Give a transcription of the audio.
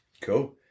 Cool